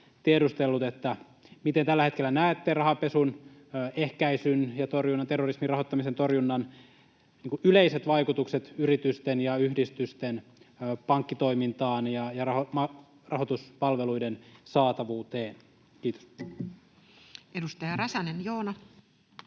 miten tällä hetkellä näette rahanpesun ehkäisyn ja terrorismin rahoittamisen torjunnan yleiset vaikutukset yritysten ja yhdistysten pankkitoimintaan ja rahoituspalveluiden saatavuuteen? — Kiitos. [Speech 32]